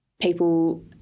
people